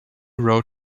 road